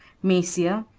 maesia,